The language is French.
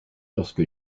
lorsque